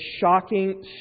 shocking